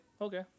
okay